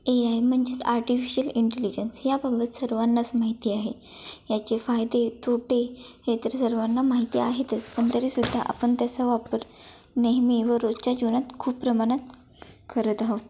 ए I म्हणजेच artificial intelligence ह्याबाबत सर्वांनाच माहिती आहे याचे फायदे तोटे हे तर सर्वांना माहिती आहेतच पण तरी सुद्धा आपण त्याचा वापर नेहमी व रोजच्या जीवनात खूप प्रमाणात करत आहोत